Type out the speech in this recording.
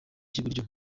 cy’iburyo